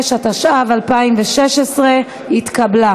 26), התשע"ו 2016, נתקבל.